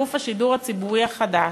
גוף השידור הציבורי החדש,